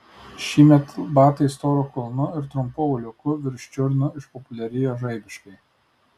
šįmet batai storu kulnu ir trumpu auliuku virš čiurnų išpopuliarėjo žaibiškai